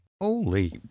Holy